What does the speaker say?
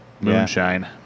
moonshine